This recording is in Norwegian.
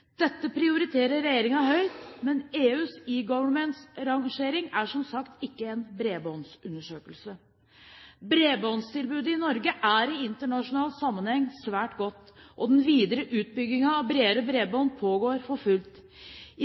Dette prioriterer regjeringen høyt, men EUs eGovernment-rangering er, som sagt, ikke en bredbåndsundersøkelse. Bredbåndstilbudet i Norge er i internasjonal sammenheng svært godt, og den videre utbyggingen av bredere bredbånd pågår for fullt. I